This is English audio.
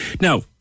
now